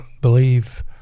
believe